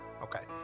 okay